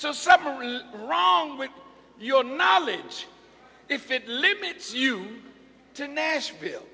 so suddenly wrong with your knowledge if it limits you to nashville